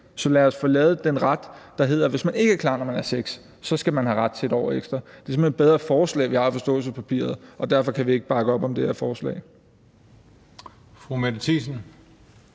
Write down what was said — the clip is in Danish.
Så lad os få lavet den ret, der hedder, at hvis man ikke er klar, når man er 6 år, så skal man have ret til 1 år ekstra. Det er simpelt hen et bedre forslag, vi har i forståelsespapiret, og derfor kan vi ikke bakke op om det her forslag.